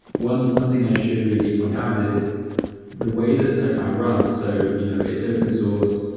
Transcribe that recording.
one one thing i should really point out is the way that snowplow runs, so you know it's open source.